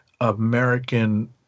American